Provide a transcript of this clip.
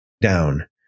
down